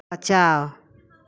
बचाओ